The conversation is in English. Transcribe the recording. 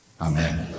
amen